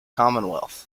commonwealth